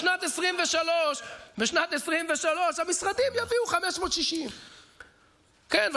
בשנת 2023 המשרדים יביאו 560. כן,